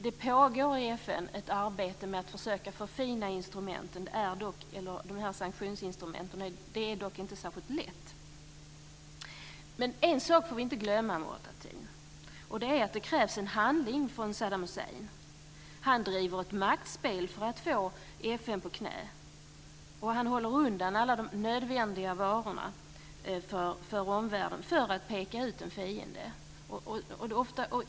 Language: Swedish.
Det pågår i FN ett arbete med att försöka förfina sanktionsinstrumenten. Det är dock inte särskilt lätt. En sak får vi inte glömma, Murad Artin. Det krävs handling från Saddam Hussein. Han driver ett maktspel för att få FN på knä. Han håller undan alla de nödvändiga varorna för omvärlden för att peka ut en fiende.